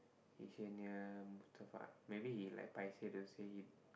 he say near Mustafa maybe he like paiseh to say he